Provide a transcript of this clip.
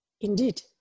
Indeed